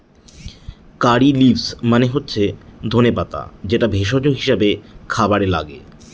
কারী leaves মানে হচ্ছে ধনে পাতা যেটা ভেষজ হিসাবে খাবারে লাগে